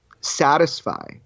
satisfy